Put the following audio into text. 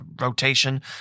rotation